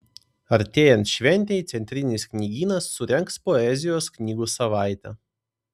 artėjant šventei centrinis knygynas surengs poezijos knygų savaitę